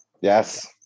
yes